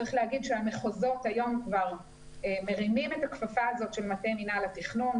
צריך לומר שהמחוזות היום כבר מרימים את הכפפה הזאת של מטה מינהל התכנון,